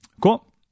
Cool